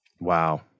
Wow